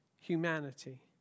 humanity